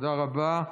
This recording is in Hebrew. תודה רבה.